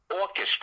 orchestra